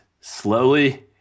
slowly